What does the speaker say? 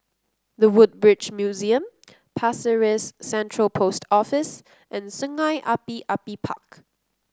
The Woodbridge Museum Pasir Ris Central Post Office and Sungei Api Api Park